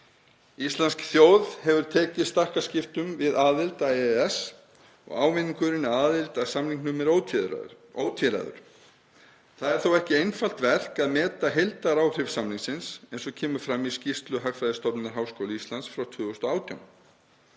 „Íslenskt þjóðfélag hefur tekið stakkaskiptum við aðild að EES og ávinningurinn af aðild að samningnum er ótvíræður. Það er þó ekki einfalt verk að meta heildaráhrif samningsins, eins og kemur fram í skýrslu Hagfræðistofnunar Háskóla Íslands frá 2018.